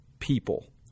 people